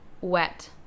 Wet